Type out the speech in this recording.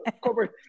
corporate